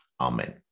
amen